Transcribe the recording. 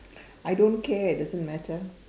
I don't care it doesn't matter